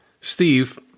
Steve